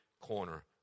corner